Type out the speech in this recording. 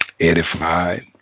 edified